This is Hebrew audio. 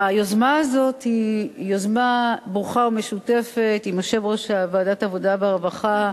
היוזמה הזאת היא יוזמה ברוכה ומשותפת עם יושב-ראש ועדת העבודה והרווחה,